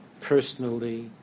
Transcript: personally